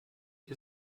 wir